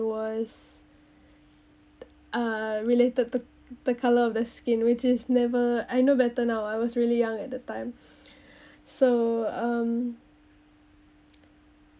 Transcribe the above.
was uh related to the color of the skin which is never I know better now I was really young at the time so um